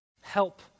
Help